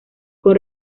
con